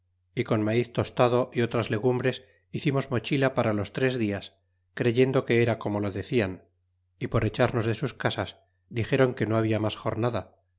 y con maiz tostado y otras legumbres hicimos mochila para los tres dias creyendo que era como lo decian y por echarnos de sus casas dixéron que no habla mas jornada